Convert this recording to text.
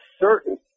certain